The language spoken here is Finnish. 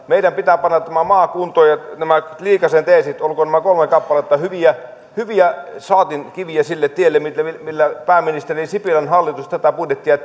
meidän pitää panna tämä maa kuntoon ja nämä liikasen teesit kolme kappaletta olkoot hyviä saatinkiviä sille tielle millä millä pääministeri sipilän hallitus tätä budjettia